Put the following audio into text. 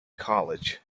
college